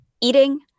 eating